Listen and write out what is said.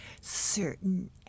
certain